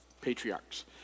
Patriarchs